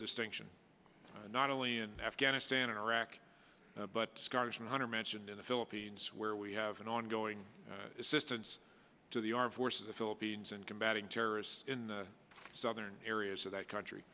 distinction not only in afghanistan and iraq but scars on her mentioned in the philippines where we have an ongoing assistance to the armed forces the philippines and combating terrorists in the southern areas of that country